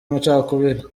amacakubiri